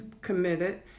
committed